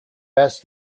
best